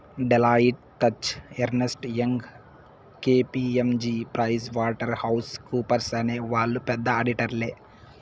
Deloitte, Touche Ernst, Young KPMG Price Waterhouse కూపర్స్అనే వాళ్ళు పెద్ద ఆడిటర్లే